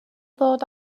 ddod